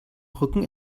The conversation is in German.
brücken